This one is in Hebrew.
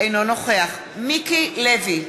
אינו נוכח מיקי לוי,